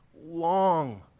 long